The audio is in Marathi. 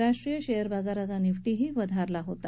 राष्ट्रीय शेअर बाजाराचा निफ्टीही वधारला होता